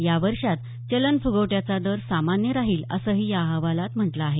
या वर्षात चलन फुगवट्याचा दर सामान्य राहील असंही या अहवालात म्हटलं आहे